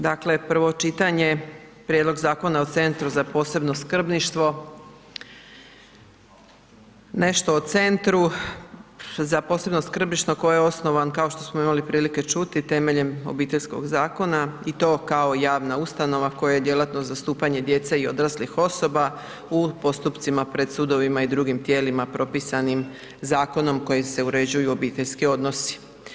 Dakle prvo čitanje Prijedlog zakona o Centru za posebno skrbništvo, nešto o Centru za posebno skrbništvo koje je osnovan kao što smo imali prilike čuti temeljem Obiteljskog zakona i to kao javna ustanova kojoj je djelatnost zastupanje djece i odraslih osoba u postupcima pred sudovima i drugim tijelima propisanim zakonom kojim se uređuju obiteljski odnosi.